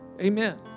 Amen